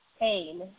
pain